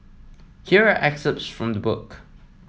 here are excerpts from the book